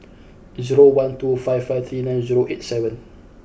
zero one two five five three nine zero eight seven